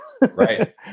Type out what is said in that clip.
Right